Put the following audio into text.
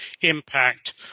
impact